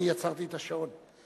אני עצרתי את השעון.